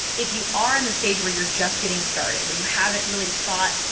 if you are in the stage where you're just getting started, where you haven't really thought,